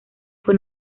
fue